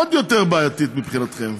עוד יותר בעייתית מבחינתכם,